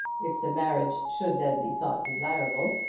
if the marriage should then be thought desirable.